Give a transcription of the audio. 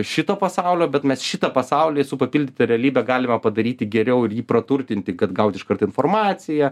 šito pasaulio bet mes šitą pasaulį su papildyta realybe galime padaryti geriau ir jį praturtinti kad gaut iškart informaciją